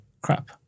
crap